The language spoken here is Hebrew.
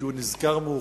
כי הוא נזכר מאוחר,